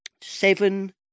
seven